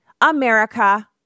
America